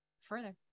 further